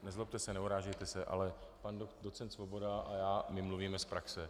Nezlobte se, neurážejte se, ale pan docent Svoboda a já, my mluvíme z praxe.